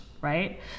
right